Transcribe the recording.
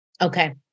Okay